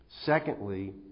Secondly